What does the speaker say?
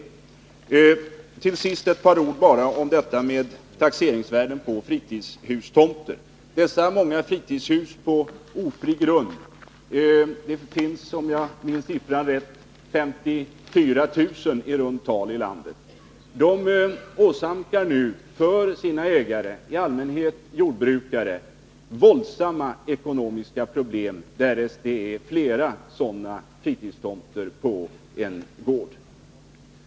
Till sist ett par ord om taxeringsvärden på fritidshustomter. De många fritidshusen på ofri grund — det finns, om jag minns siffran rätt, i runt tal 54 000 i landet — åsamkar tomtägarna, i allmänhet jordbrukare, stora ekonomiska problem, därest det finns flera fritidstomter på en gård.